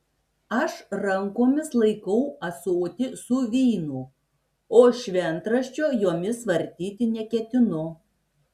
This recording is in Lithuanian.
aš rankomis laikau ąsotį su vynu o šventraščio jomis vartyti neketinu